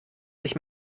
sich